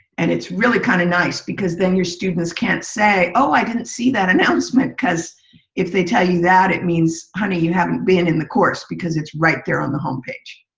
and it's really kind of nice because then your student can't say, oh, i didn't see that announcement because if they tell you that, it means, honey, you haven't been in the course because it's right there on the home page.